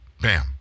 Bam